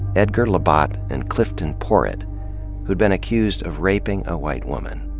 edgar labat and clifton poret, who'd been accused of raping a white woman.